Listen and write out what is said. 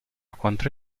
contro